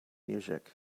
music